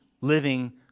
living